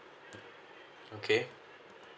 okay